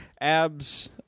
Ab's